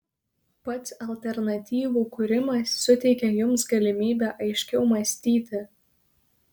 pats alternatyvų kūrimas suteikia jums galimybę aiškiau mąstyti